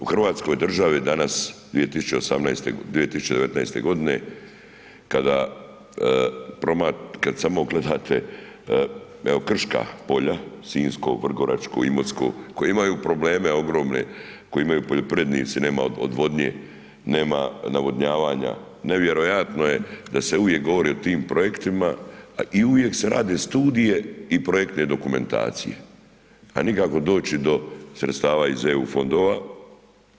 U hrvatskoj državi danas 2019.g. kad samo gledate, evo krška polja, sinjsko, vrgoračko, imotsko, koji imaju probleme ogromne, koji imaju poljoprivrednici nema odvodnje, nema navodnjavanja, nevjerojatno je da se uvijek govori o tim projektima i uvijek se rade studije i projektne dokumentacije, a nikako doći do sredstava iz EU fondova.